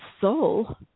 soul